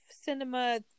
cinema